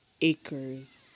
acres